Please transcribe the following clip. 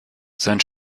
sein